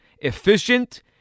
efficient